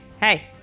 Hey